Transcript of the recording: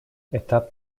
этап